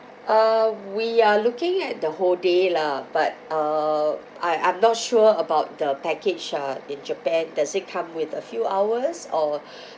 uh we are looking at the whole day lah but uh I I'm not sure about the package uh in japan does it come with a few hours or